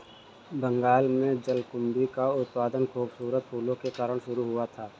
बंगाल में जलकुंभी का उत्पादन खूबसूरत फूलों के कारण शुरू हुआ था